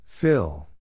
Fill